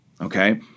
okay